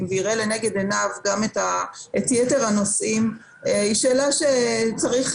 ויראה לנגד עיניו גם את יתר הנושאים היא שאלה שאפשר